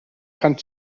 kann